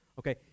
Okay